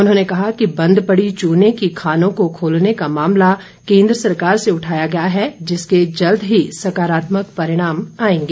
उन्होंने कहा कि बंद पड़ी चूने की खानों को खोलने का मामला केन्द्र सरकार से उठाया गया है जिसके जल्द ही सकारात्मक परिणाम आएंगे